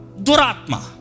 Duratma